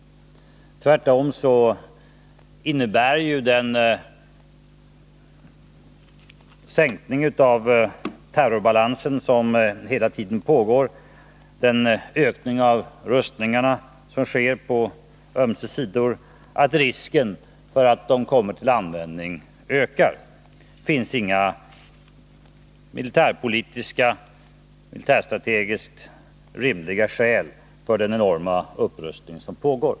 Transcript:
Tvärtom innebär ju den skärpning av terrorbalansen som hela tiden pågår och den ökning av rustningarna som sker på ömse sidor att risken för att kärnvapen kommer till användning ökar. Det finns inga militärpolitiska eller militärstrategiskt rimliga skäl för den enorma upprust ning som pågår.